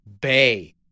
Bay